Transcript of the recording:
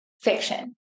fiction